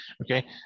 okay